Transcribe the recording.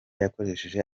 yakoresheje